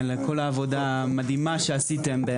על כל העבודה המדהימה שעשיתם.